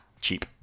cheap